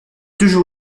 toujours